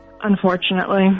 Unfortunately